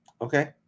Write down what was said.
Okay